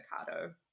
avocado